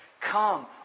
Come